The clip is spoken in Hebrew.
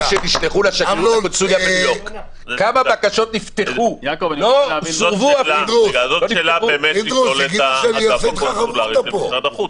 --- כמה בקשות נפתחו --- זו שאלה --- של משרד החוץ,